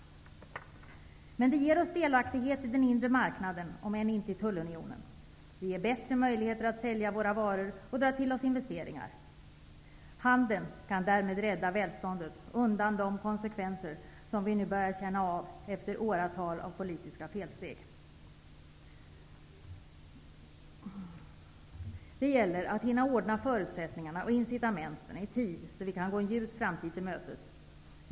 EES-avtalet ger oss delaktighet i den inre marknaden, om än inte i tullunionen. Det ger oss bättre möjligheter till att sälja våra varor och att dra till oss investeringar. Handeln kan därmed rädda välståndet undan de konsekvenser som vi nu börjar känna av, efter åratal av politiska felsteg. Det gäller att hinna ordna förutsättningarna och incitamenten i tid, så att vi kan gå en ljus framtid till mötes.